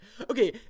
okay